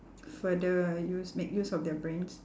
further use make use of their brains